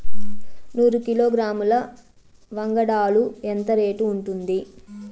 నూరు కిలోగ్రాముల వంగడాలు ఎంత రేటు ఉంటుంది?